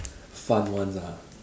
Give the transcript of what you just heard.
fun ones ah